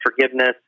forgiveness